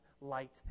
light